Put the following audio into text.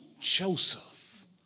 Joseph